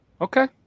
Okay